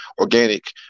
organic